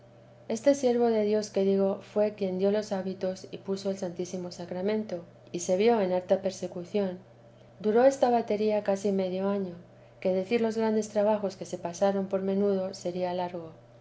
este siervo de dios que digo fué quien dio los hábitos y puso el santísimo sacramento y se vio en harta persecución duró esta batería casi medio año que decir los grandes trabajos que se pasaron por menudo sería largo